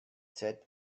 said